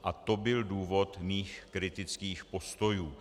A to byl důvod mých kritických postojů.